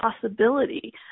possibility